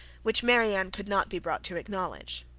which marianne could not be brought to acknowledge.